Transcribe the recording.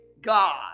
God